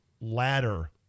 ladder